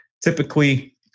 Typically